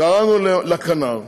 קראנו לכנ"ר.